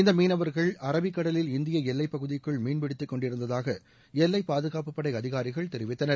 இந்த மீனவர்கள் அரபிக் கடலில் இந்திய எல்லை பகுதிக்குள் மீன் பிடித்து கொண்டிருந்ததாக எல்லை பாதுகாப்பு படை அதிகாரிகள் தெரிவித்தனர்